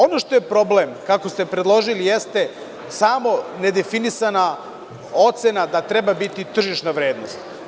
Ono što je problem, kako ste predložili, jeste samo nedefinisana ocena da treba biti tržišna vrednost.